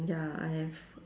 ya I have